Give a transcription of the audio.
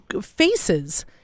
faces